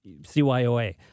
cyoa